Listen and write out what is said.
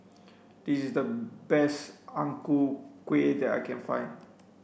This is the best Ang Ku Kueh that I can find